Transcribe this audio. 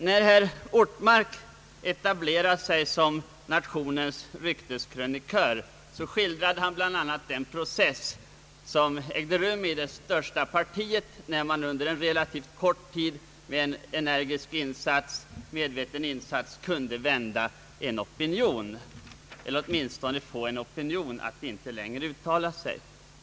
Sedan herr Ortmark etablerat sig som nationens rykteskrönikör har han bl.a. skildrat den process som ägde rum inom det största partiet när man under en relativt kort tid genom en energisk och medveten insats kunde vända en opinion eller åtminstone kunde få en opinion att inte längre uttala sig.